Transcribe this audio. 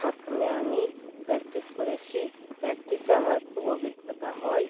প্রথমে আমি প্র্যাকটিস করেছি প্র্যাকটিসে আমার খুব অভিজ্ঞতা হয়